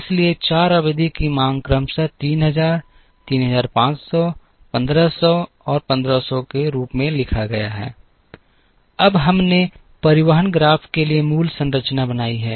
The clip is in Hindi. इसलिए 4 अवधि की मांग हैं क्रमशः 3000 3500 1500 और 1500 के रूप में लिखा गया है अब हमने परिवहन ग्राफ के लिए मूल संरचना बनाई है